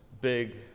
big